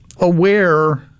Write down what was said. aware